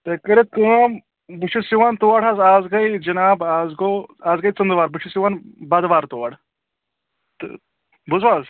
تُہۍ کٔرِو کٲم بہٕ چھُس یاوَن تور حظ اَز گٔیے جِناب اَز گوٚو آز گٔیے ژٔندٕروار بہٕ چھُس یِوان بۄدوار تور تہٕ بوٗزوٕ حظ